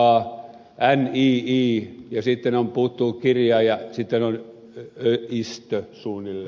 än ii ii ja sitten puuttuu kirjain ja sitten on öistö suunnilleen